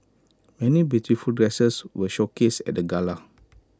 many beautiful dresses were showcased at the gala